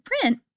print